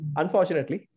unfortunately